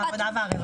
העבודה והרווחה.